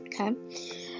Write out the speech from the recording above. okay